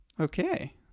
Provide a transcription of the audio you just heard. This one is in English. Okay